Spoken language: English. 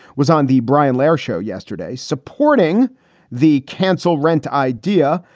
was on the brian laywer show yesterday, supporting the canceled rent idea,